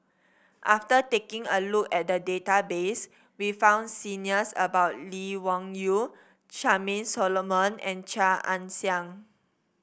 after taking a look at the database we found about Lee Wung Yew Charmaine Solomon and Chia Ann Siang